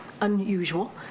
unusual